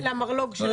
למרלוג של המשטרה.